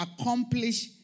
accomplish